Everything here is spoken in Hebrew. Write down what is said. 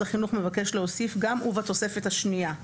החינוך מבקש להוסיף גם ו"בתוספת השנייה".